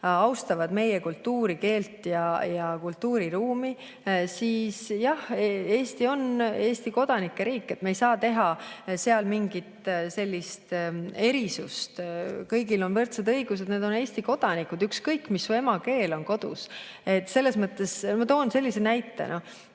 austavad meie kultuuri, keelt ja kultuuriruumi, et jah, Eesti on Eesti kodanike riik, me ei saa teha seal mingit erisust. Kõigil on võrdsed õigused, nad on Eesti kodanikud, ükskõik mis su emakeel kodus on. Ma toon sellise näite. Minu